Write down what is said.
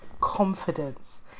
confidence